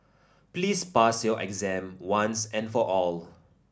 please pass your exam once and for all